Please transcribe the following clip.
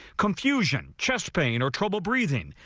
confusion, chest pain or trouble breathing.